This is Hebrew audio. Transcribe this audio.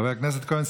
חבר הכנסת כהן,